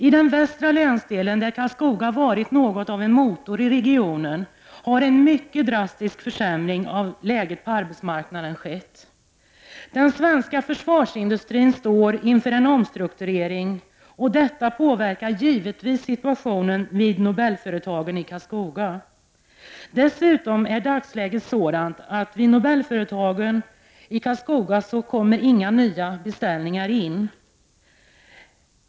I den västra länsdelen, där Karlskoga varit något av en motor i regionen, har en mycket drastisk försämring av läget på arbetsmarknaden skett. Den svenska försvarsindustrin står inför en omstrukturering, och detta påverkar givetvis situationen vid Nobelföretagen i Karlskoga. Dessutom är dagsläget sådant vid Nobelföretagen, att nya beställningar är i det närmaste obefintliga.